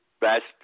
best